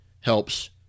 helps